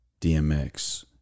DMX